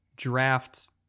draft